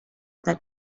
that